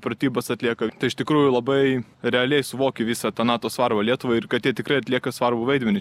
pratybas atlieka iš tikrųjų labai realiai suvoki visą tą nato svarbą lietuvai ir kad jie tikrai atlieka svarbų vaidmenį